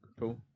Cool